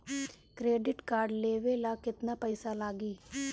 Credit card लेवे ला केतना पइसा लागी?